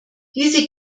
diese